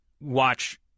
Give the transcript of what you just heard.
watch